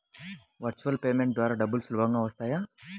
Virtual payment ద్వారా డబ్బులు సులభంగా వస్తాయా?